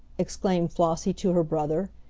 exclaimed flossie to her brother,